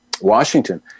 Washington